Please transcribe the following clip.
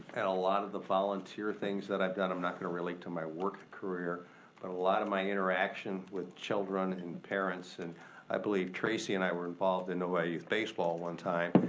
at a lot of the volunteer things that i've done, i'm not gonna relate to my work career. but a lot of my interaction with children and parents, and i believe tracey and i were involved in novi youth baseball one time,